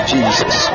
Jesus